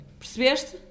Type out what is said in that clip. percebeste